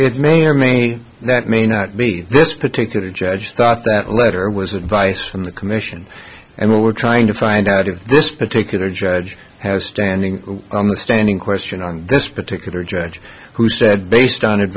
it may or may not may not be this particular judge thought that letter was advice from the commission and we're trying to find out if this particular judge has standing on the standing question on this particular judge who said based on